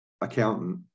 accountant